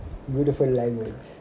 beautiful language